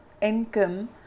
income